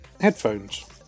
headphones